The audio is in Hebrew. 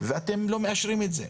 ואתם לא מאשרים את זה,